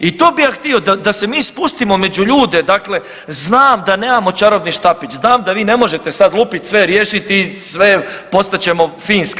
I to bi ja htio da se mi spustimo među ljude dakle znam da nemamo čarobni štapić, znam da vi ne možete sada lupit, sve riješiti i sve postat ćemo Finska.